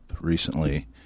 recently